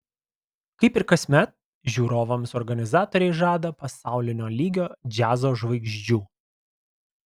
kaip ir kasmet žiūrovams organizatoriai žada pasaulinio lygio džiazo žvaigždžių